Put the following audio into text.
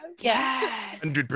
Yes